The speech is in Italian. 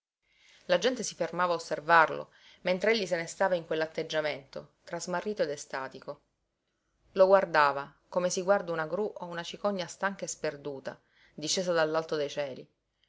la gente si fermava a osservarlo mentre egli se ne stava in quell'atteggiamento tra smarrito ed estatico lo guardava come si guarda una gru o una cicogna stanca e sperduta discesa dall'alto dei cieli